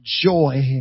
joy